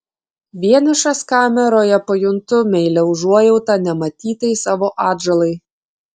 vienišas kameroje pajuntu meilią užuojautą nematytai savo atžalai